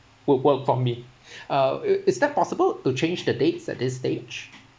will work for me uh is that possible to change the dates at this stage